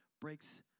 breaks